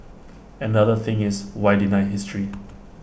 and the other thing is why deny history